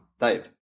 Dave